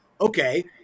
okay